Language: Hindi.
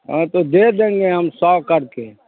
हाँ तो दे देंगे हम सौ कर के